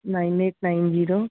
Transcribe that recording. nine eight nine zero